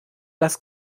das